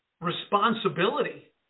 responsibility